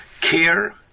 care